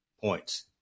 points